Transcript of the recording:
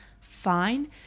fine